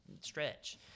stretch